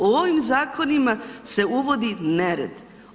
U ovim zakonima se uvodi nered.